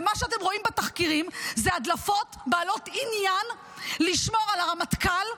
ומה שאתם רואים בתחקירים זה הדלפות בעלות עניין לשמור על הרמטכ"ל,